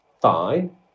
Fine